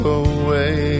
away